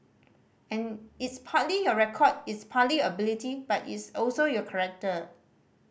and it's partly your record it's partly your ability but it's also your character